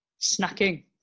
Snacking